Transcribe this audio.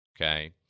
okay